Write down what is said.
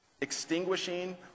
extinguishing